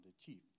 achieve